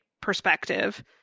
perspective